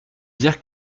dire